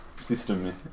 system